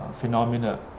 phenomena